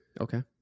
okay